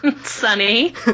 Sunny